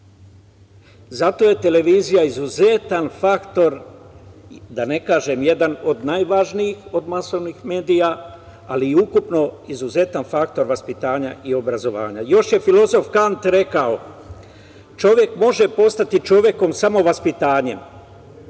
Zato je televizija izuzetan faktor, da ne kažem jedan od najvažnijih od masovnih medija, ali i ukupno izuzetan faktor vaspitanja i obrazovanja. Još je filozof Kant rekao – čovek može postati čovekom samo vaspitanjem,